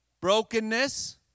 Brokenness